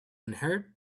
inherit